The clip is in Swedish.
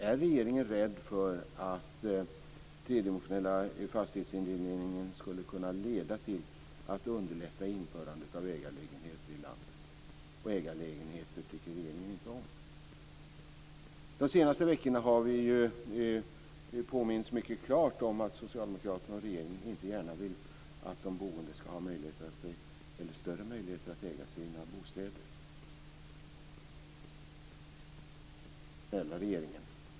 Är regeringen rädd för att den tredimensionella fastighetsindelningen skulle kunna leda till att underlätta införandet av ägarlägenheter i landet? Och ägarlägenheter tycker regeringen inte om. De senaste veckorna har vi ju påmints mycket klart om att socialdemokraterna och regeringen inte gärna vill att de boende skall ha större möjligheter att äga sina bostäder. Snälla regeringen!